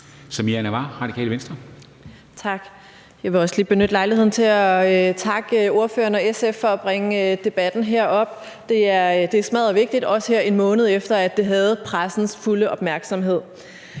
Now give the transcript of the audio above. Jeg vil også lige benytte lejligheden til at takke ordføreren og SF for at bringe den her debat op. Det er smaddervigtigt, også her en måned efter at det havde pressens fulde opmærksomhed.